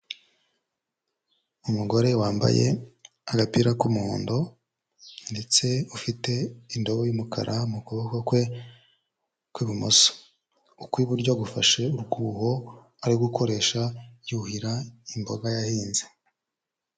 Umugore wambaye agapira k'umuhondo ndetse ufite indobo y'umukara mu kuboko kwe kw'ibumoso, ukw'iburyo gufashe urwuho ari gukoresha yuhira imboga yahinze.